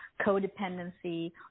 codependency